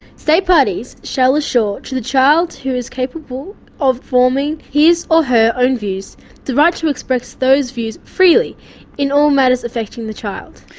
state parties shall assure to the child who is capable of forming his or her own views the right to express those views freely in all matters affecting the child.